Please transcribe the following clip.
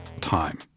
time